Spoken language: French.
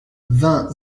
vingt